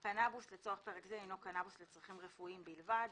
"קנאבוס" לצורך פרק זה הינו קנאבוס לצרכים רפואיים בלבד.